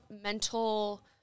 mental